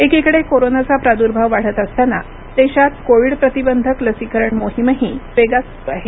एकीकडे कोरोनाचा प्रादुर्भाव वाढत असताना देशात कोविड प्रतिबंधक लसीकरण मोहीमही वेगात सुरू आहे